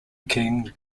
king